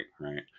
right